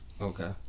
Okay